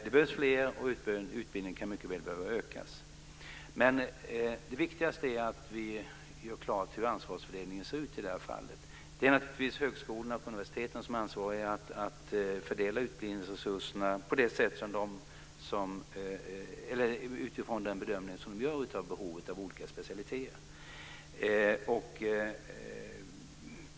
Det behövs fler, och utbildningen kan mycket väl behöva utökas. Det viktigaste är att vi gör klart hur ansvarsfördelningen ser ut i detta fall. Det är naturligtvis högskolorna och universiteten som är ansvariga för att fördela utbildningsresurserna utifrån den bedömning de gör av behovet av olika specialiteter.